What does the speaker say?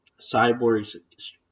Cyborg's